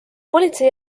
politsei